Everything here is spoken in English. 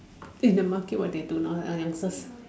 in the market what they do now lah youngsters